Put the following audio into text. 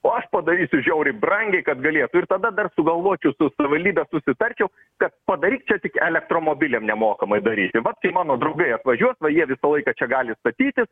o aš padarysiu žiauriai brangiai kad galėtų ir tada dar sugalvočiau su savivaldybe susitarčiau kad padaryk čia tik elektromobiliam nemokamai daryti vat kai mano draugai atvažiuos va jie visą laiką čia gali statytis